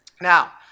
Now